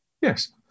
Yes